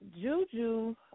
Juju